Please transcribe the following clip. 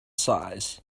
size